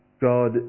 God